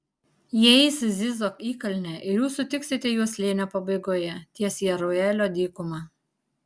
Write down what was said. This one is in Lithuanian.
jie eis zizo įkalne ir jūs sutiksite juos slėnio pabaigoje ties jeruelio dykuma